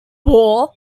war